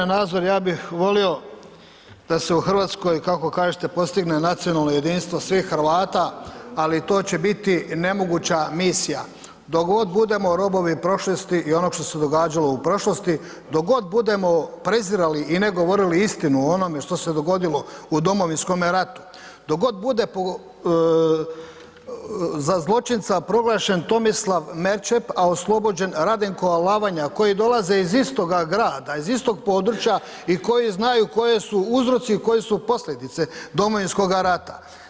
g. Nazor, ja bih volio da se u RH, kako kažete postigne nacionalno jedinstvo svih Hrvata, ali to će biti nemoguća misija, dok god budemo robovi prošlosti i onog što se događalo u prošlosti, dok god budemo prezirali i ne govorili istinu o onome što se dogodilo u Domovinskome ratu, dok god bude za zločinca proglašen Tomislav Merčep, a oslobođen Radenko Alavanja koji dolaze iz istoga grada, iz istog područja i koji znaju koji su uzroci, koje su posljedice Domovinskog rata.